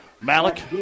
Malik